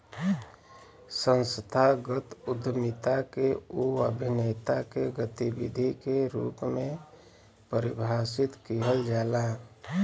संस्थागत उद्यमिता के उ अभिनेता के गतिविधि के रूप में परिभाषित किहल जाला